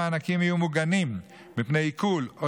המענקים יהיו מוגנים מפני עיקול או